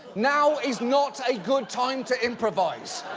now is not a good time to improvise.